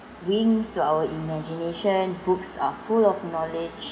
wings to our imagination books are full of knowledge